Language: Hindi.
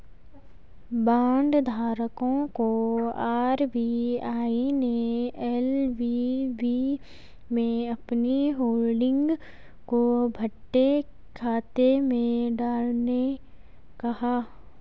बांड धारकों को आर.बी.आई ने एल.वी.बी में अपनी होल्डिंग को बट्टे खाते में डालने कहा